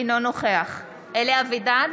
אינו נוכח אלי אבידר,